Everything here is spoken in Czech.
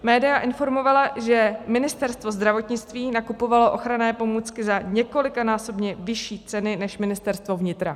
Média informovala, že Ministerstvo zdravotnictví nakupovalo ochranné pomůcky za několikanásobně vyšší ceny než Ministerstvo vnitra.